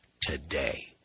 today